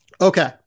Okay